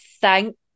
thank